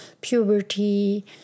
puberty